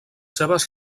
seves